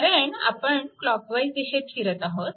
कारण आपण क्लॉकवाईज दिशेत फिरत आहोत